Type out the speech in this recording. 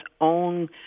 own